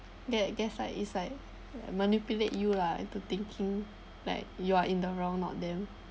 that gaslight it's like manipulate you lah into thinking like you are in the wrong not them